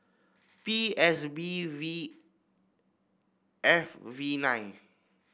B S B V F V nine